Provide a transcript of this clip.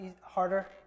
harder